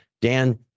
Dan